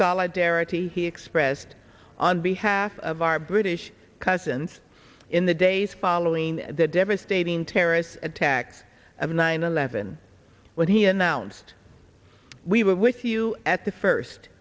solidarity he expressed on behalf of our british cousins in the days following the devastating terrorist attacks of nine eleven when he announced we were with you at the first